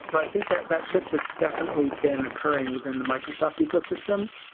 so i think that that shift has definitely been occurring within the microsoft ecosystem.